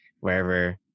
wherever